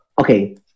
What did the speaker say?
okay